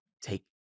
Take